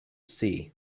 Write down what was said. see